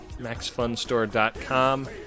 maxfunstore.com